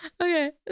Okay